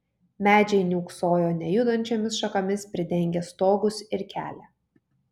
medžiai niūksojo nejudančiomis šakomis pridengę stogus ir kelią